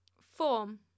Form